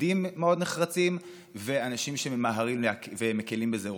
מתנגדים מאוד נחרצים ואנשים שממהרים להקל בזה ראש.